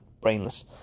Brainless